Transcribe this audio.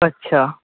अच्छा